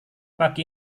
pagi